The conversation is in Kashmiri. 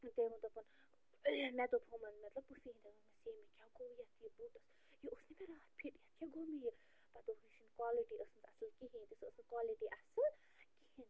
تٔمۍ ووٚن دوٚپُن مےٚ دوٚپ ہُمن مطلب پُفی ہِنٛدٮ۪ن ووٚنمَس اے مےٚ کیٛاہ گوٚو یَتھ یہِ بوٗٹس یہِ اوس نَہ مےٚ راتھ فِٹ یَتھ کیٛاہ گوٚو مےٚ یہِ پَتہٕ دوٚپُکھ یہِ چھُنہٕ کالٹی ٲسمٕژ اَصٕل کِہیٖںۍ تہِ سُہ ٲس نہٕ کالٹی اَصٕل کِہیٖنۍ تہِ